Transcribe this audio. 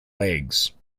legs